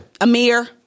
Amir